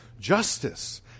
justice